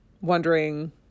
wondering